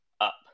up